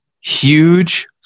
huge